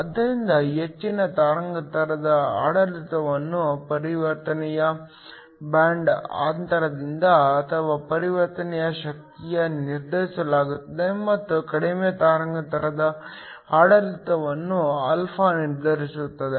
ಆದ್ದರಿಂದ ಹೆಚ್ಚಿನ ತರಂಗಾಂತರದ ಆಡಳಿತವನ್ನು ಪರಿವರ್ತನೆಯ ಬ್ಯಾಂಡ್ ಅಂತರದಿಂದ ಅಥವಾ ಪರಿವರ್ತನೆಯ ಶಕ್ತಿಯಿಂದ ನಿರ್ಧರಿಸಲಾಗುತ್ತದೆ ಮತ್ತು ಕಡಿಮೆ ತರಂಗಾಂತರದ ಆಡಳಿತವನ್ನು α ನಿರ್ಧರಿಸುತ್ತದೆ